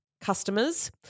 customers